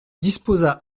disposa